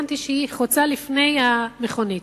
הבנתי שהיא חוצה לפני המכונית,